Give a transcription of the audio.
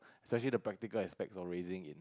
especially the practically aspects of raising it